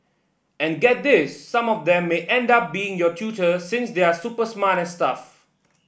and get this some of them may end up being your tutor since they're super smart and stuff